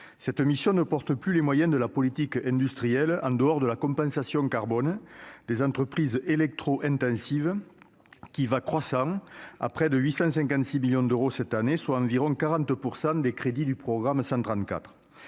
cette mission ne porte plus les moyens de la politique industrielle, en dehors de la compensation carbone des entreprises électro- intensives qui va croissant, à près de 856 millions d'euros cette année, soit environ 40 % des crédits du programme 134